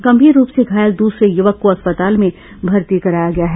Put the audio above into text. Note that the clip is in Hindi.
गंभीर रूप से घायल दूसरे युवक को अस्पताल में भर्ती कराया गया है